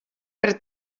per